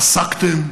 פסקתם,